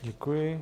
Děkuji.